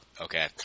okay